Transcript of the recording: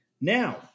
Now